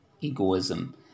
egoism